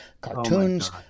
Cartoons